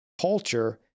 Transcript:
culture